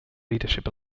leadership